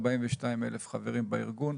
42,000 חברים בארגון,